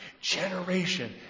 Generation